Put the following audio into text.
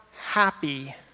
happy